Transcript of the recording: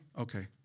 Okay